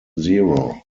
zero